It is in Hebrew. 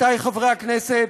עמיתי חברי הכנסת,